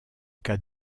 cas